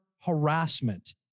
harassment